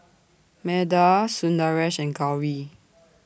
Medha Sundaresh and Gauri